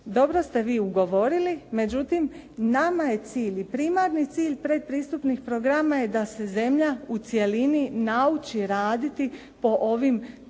dobro ste vi ugovorili, međutim nama je cilj i primarni cilj predpristupnih programa je da se zemlja u cjelini nauči raditi po ovim procedurama